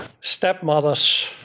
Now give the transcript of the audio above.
stepmothers